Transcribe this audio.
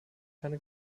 keine